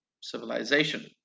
civilization